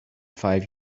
five